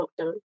lockdown